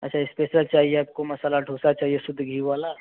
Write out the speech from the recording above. अच्छा स्पेसल चाहिए आपको मसाला डोसा चाहिए शुद्ध घी वाला